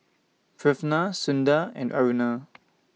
Pranav Sundar and Aruna